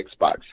Xbox